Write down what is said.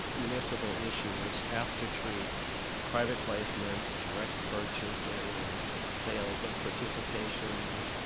municipal issuers have to treat private placements, direct purchases, sales of participations,